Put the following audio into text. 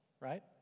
right